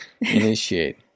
Initiate